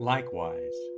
Likewise